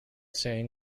saying